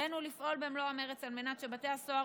עלינו לפעול במלוא המרץ על מנת שבתי הסוהר